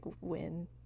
win